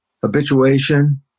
habituation